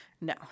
No